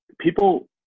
people